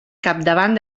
capdavant